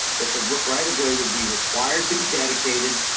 that the right of way would be required to be dedicated.